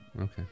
Okay